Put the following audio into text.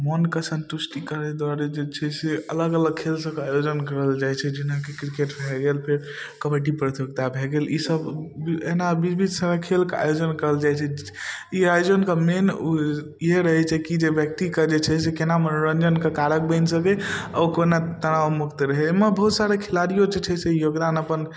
मोनके सन्तुष्टि करै दुआरे जे छै से अलग अलग खेलसबके आयोजन करल जाइ छै जेनाकि किरकेट भऽ गेल फेर कबड्डी प्रतियोगिता भऽ गेल ईसब एना बीच बीच सबमे खेलके आयोजन करल जाए छै ई आयोजनके मेन इएह रहै छै कि जे व्यक्तिके जे छै से कोना मनोरञ्जनके कारक बनि सकै आओर ओ कोना तनावमुक्त रहै एहिमे बहुत सारा खिलाड़िओ जे छै से योगदान अपन